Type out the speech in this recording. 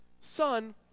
Son